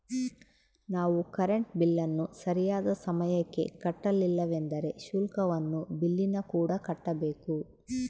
ನಾವು ಕರೆಂಟ್ ಬಿಲ್ಲನ್ನು ಸರಿಯಾದ ಸಮಯಕ್ಕೆ ಕಟ್ಟಲಿಲ್ಲವೆಂದರೆ ಶುಲ್ಕವನ್ನು ಬಿಲ್ಲಿನಕೂಡ ಕಟ್ಟಬೇಕು